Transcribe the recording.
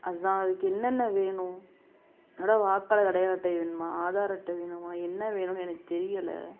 அதுதான் அதுக்கு என்னென்ன வேணும் என்னோடய வாக்காளர் அடையாள அட்டை வேணுமா ஆதார் அட்டை வேணுமா என்ன வேணும்னு எனக்கு தெரியலை